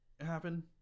happen